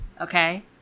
Okay